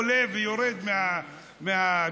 עולה ויורד מהדוכן,